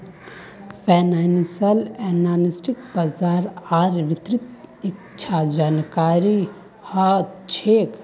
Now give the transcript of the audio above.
financial एनालिस्टक बाजार आर वित्तेर अच्छा जानकारी ह छेक